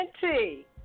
tea